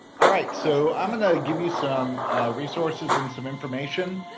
all right so i'm gonna give you some resources and some information